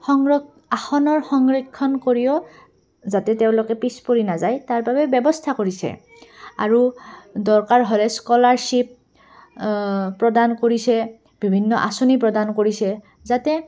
সংৰক্ষণ আসনৰ সংৰক্ষণ কৰিও যাতে তেওঁলোকে পিছ পৰি নাযায় তাৰ বাবে ব্যৱস্থা কৰিছে আৰু দৰকাৰ হ'লে স্ককলাৰশ্বিপ প্ৰদান কৰিছে বিভিন্ন আঁচনি প্ৰদান কৰিছে যাতে